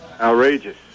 outrageous